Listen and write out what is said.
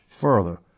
further